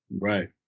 Right